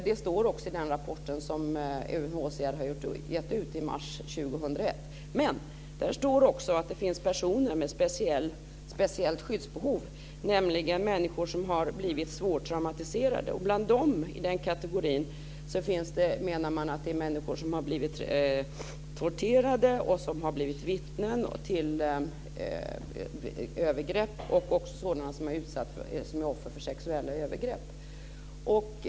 Det står också i den rapport som UNHCR har gett ut i mars 2001. Men där står det också att det finns personer med speciellt skyddsbehov, nämligen människor som har blivit svårt traumatiserade. Man menar att det i den kategorin finns människor som har blivit torterade och som har blivit vittnen till övergrepp och också människor som är offer för sexuella övergrepp.